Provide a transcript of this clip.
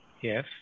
Yes